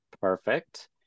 perfect